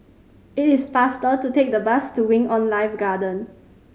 it is faster to take the bus to Wing On Life Garden